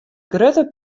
grutte